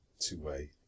two-way